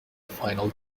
final